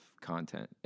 content